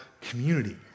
community